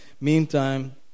Meantime